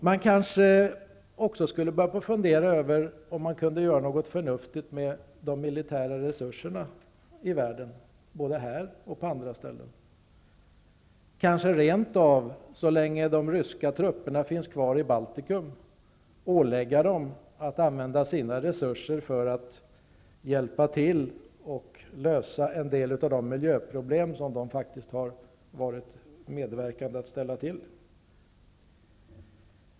Man kanske också skulle börja fundera över om man kunde göra något förnuftigt med de militära resurserna i världen, både här och på andra ställen. Så länge de ryska trupperna finns kvar i Baltikum, kanske man rent av skulle ålägga dem att använda sina resurser för att hjälpa till att lösa en del av de miljöproblem som de faktiskt har medverkat till.